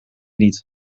niet